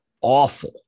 awful